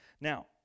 Now